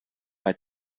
bei